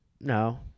No